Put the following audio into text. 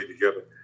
together